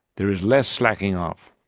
there is less slacking off.